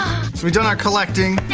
we've done our collecting.